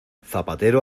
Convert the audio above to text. zapatero